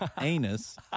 anus